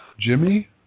Jimmy